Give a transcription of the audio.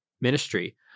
ministry